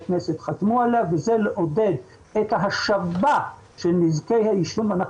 כנסת חתמו עליה וזה לעודד את ההשבה של נזקי העישון - אנחנו